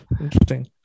Interesting